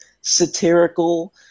satirical